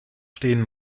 stehen